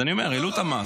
אז אני אומר, העלו את המס.